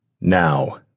Now